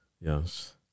Yes